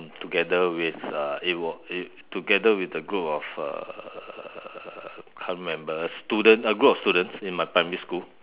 together with uh it was uh together with a group of err can't remember student a group of students in my primary school